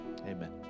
Amen